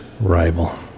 rival